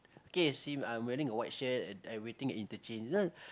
okay see I'm wearing a white shirt and I waiting at interchange this one